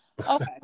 okay